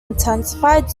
intensified